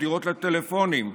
חדירות לטלפונים,